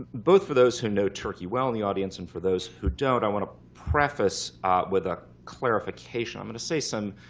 both for those who know turkey well in the audience, and for those who don't, i want to preface with a clarification. i'm going to say some,